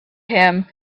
him